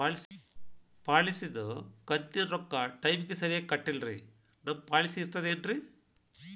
ಪಾಲಿಸಿದು ಕಂತಿನ ರೊಕ್ಕ ಟೈಮಿಗ್ ಸರಿಗೆ ಕಟ್ಟಿಲ್ರಿ ನಮ್ ಪಾಲಿಸಿ ಇರ್ತದ ಏನ್ರಿ?